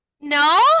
No